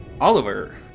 Oliver